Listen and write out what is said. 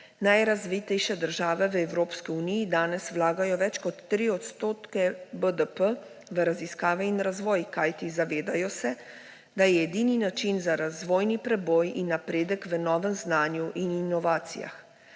Najrazvitejše države v Evropski uniji danes vlagajo več kot 3 % BDP v raziskave in razvoj, kajti zavedajo se, da je edini način za razvojni preboj in napredek v novem znanju in inovacijah.